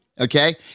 Okay